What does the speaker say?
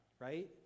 right